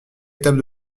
étape